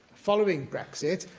following brexit,